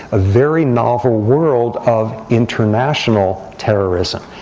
a very novel world of international terrorism.